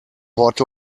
port